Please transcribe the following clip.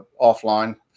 offline